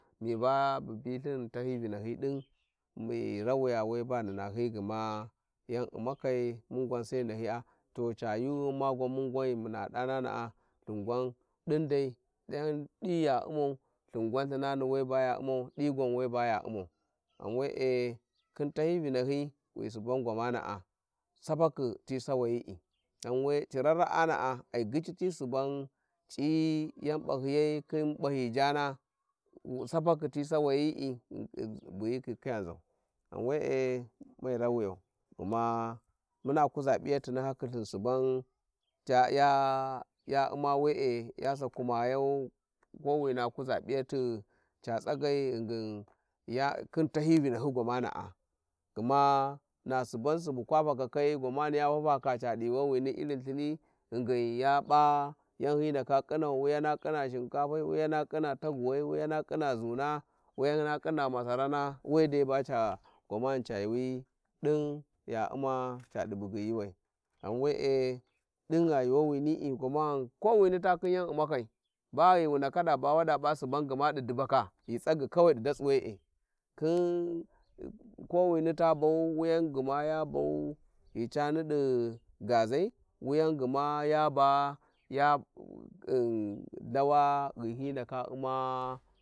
﻿Miba bu bilthin tahy, vinaky, din nghi rawiys we ba ghi na-nahy, gma yan u`ma ni munguan sai nanyi a to ca yuughum ma gwan mun gwan gha munana dariensis Ithin gwan din dai fin di ga, ya virusu Ithin gwan thingn't we ba ya u`mau di gwan we ba ya uimau. ghan, weite lehin fanyi vinanaa lovoi suban quiamanis an guesmania Sapakhi ragną gi gyici. han we Ciran ai sawa tisuban cigi yan p`a hyi ya'i khin p`ahyi jaana sapakhi ti sawayi' bu hi khi khija nzan ghan we`e mai rawiyau muna kuza p`ijati na hakhi lthin suban ta ya u`ma. Wele ya Saku mayau kowiria kuza piyan Ca tsagai ghingin ya-khın tahya-yi vinahyi gwamianaa gma na suban subu kwa Fafaka-kayi gwamani ya fafaka ca di yuuwawinirin in lthini ghingin ya pa yan hi ndaka khinau, wuyana Khin Shinkay sai, wuyana kning taguwai, wuyana Enivia zuung wuyang Pahina masarana we de bacha gwanzani a juuwied in -ja urma cadi bugyi ymuwai ghan were dingha juuwawimi gwamani, kawini ta khin yan ulmakai ba ghi wu ndales ofa ba wada pa suban gma di dubaka ghi tsagyi kawai di daksı were khin, kawini ya bau wuyan gma ya bau ghi cani di gazai wuyan gma ya ba- yan mh chawa-ghi hi ndaka u`ma.